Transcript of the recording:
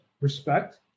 respect